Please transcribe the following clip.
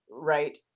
right